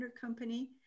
company